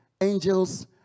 angels